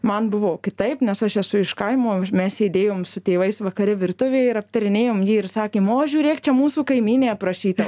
man buvo kitaip nes aš esu iš kaimo mes sėdėjom su tėvais vakare virtuvėj ir aptarinėjom jį ir sakėm o žiūrėk čia mūsų kaimynė aprašyta